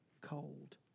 cold